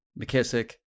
McKissick